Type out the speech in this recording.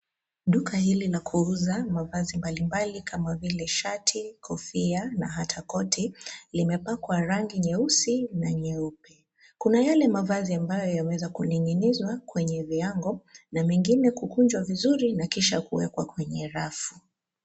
Duka hili la kuuza mavazi mbalimbali kama vile shati, kofia, na hata koti, limepakwa rangi nyeusi na nyeupe. Kuna yale mavazi ambayo yameweza kuning'inizwa kwenye viango, na mengine kukunjwa vizuri na kisha kuwekwa kwenye rafu.